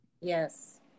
Yes